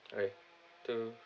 hi two